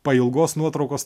pailgos nuotraukos